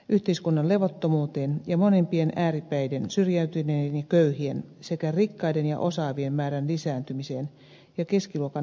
yhteiskunnan levottomuuteen molempien ääripäiden syrjäytyneiden sekä köyhien sekä toisaalta rikkaiden ja osaavien määrän lisääntymiseen ja keskiluokan häviämiseen